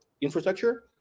infrastructure